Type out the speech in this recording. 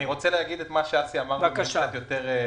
אני רוצה להגיד את מה שאמר אסי במילים קצת יותר פשוטות.